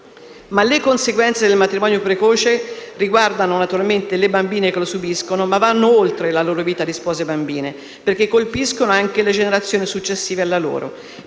Le conseguenze del matrimonio precoce riguardano naturalmente le bambine che lo subiscono, ma vanno oltre la loro vita di spose bambine perché colpiscono anche le generazioni successive alla loro.